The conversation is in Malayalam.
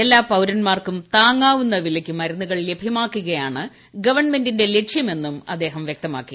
എല്ലാ പുറ്റര്ൻമാർക്കും താങ്ങാവുന്ന വിലയ്ക്ക് മരുന്നുകൾ ലഭ്യമാക്കുകയാണ് ഗ്രവൺമെന്റിന്റെ ലക്ഷ്യമെന്നും അദ്ദേഹം പറഞ്ഞു